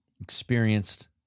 Experienced